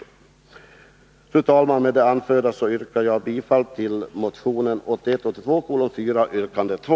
Fru talman! Med det anförda yrkar jag bifall till motion 1981/82:4, yrkande 2.